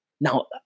Now